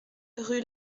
rue